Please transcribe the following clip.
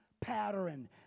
pattern